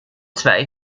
zwei